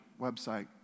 website